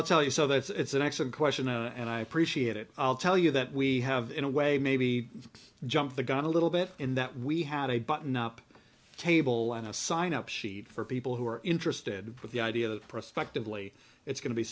i'll tell you so that it's an excellent question and i appreciate it i'll tell you that we have in a way maybe jumped the gun a little bit in that we had a button up table and a sign up sheet for people who are interested with the idea that prospectively it's go